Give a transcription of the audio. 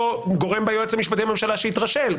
או גורם ביועץ המשפטי לממשלה שהתרשל,